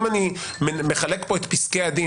אם אני מחלק כאן את פסקי הדין,